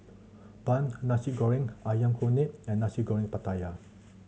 bun Nasi Goreng Ayam Kunyit and Nasi Goreng Pattaya